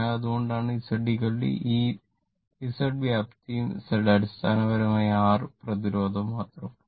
അതിനാൽ അതുകൊണ്ടാണ് Z ഈ Z വ്യാപ്തിയും Z അടിസ്ഥാനപരമായി R പ്രതിരോധം മാത്രം